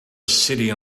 city